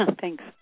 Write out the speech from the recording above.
Thanks